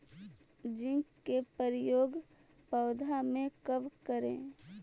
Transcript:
Zinc के प्रयोग पौधा मे कब करे?